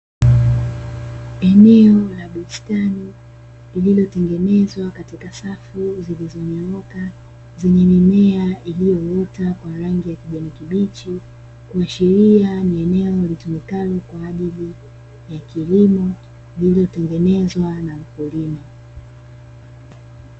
Eneo la bustani lililotengenezwa katika safu zilizonyooka zenye mimea iliyoota kwa rangi ya kijani kibichi, kuashiria ni eneo litumikalo kwa ajili ya kilimo iliyotengenezwa na mkulima.